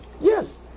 Yes